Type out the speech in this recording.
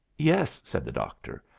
yes, said the doctor.